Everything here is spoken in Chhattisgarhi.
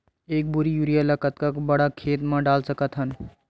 एक बोरी यूरिया ल कतका बड़ा खेत म डाल सकत हन?